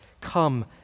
come